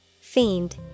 Fiend